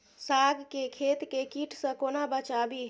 साग केँ खेत केँ कीट सऽ कोना बचाबी?